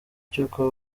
cy’uko